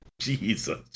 Jesus